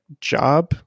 job